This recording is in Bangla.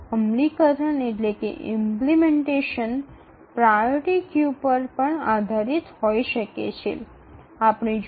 একটি বাস্তবায়ন অগ্রাধিকার সারির উপর ভিত্তি করে হতে পারে